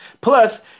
Plus